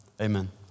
amen